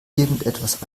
irgendetwas